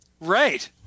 Right